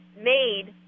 made